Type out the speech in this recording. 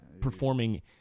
performing